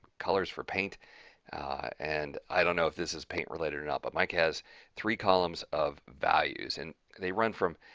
colors for paint and i don't know if this is paint related or not but mike has three columns of values and they run from,